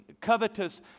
covetous